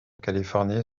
californie